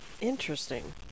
Interesting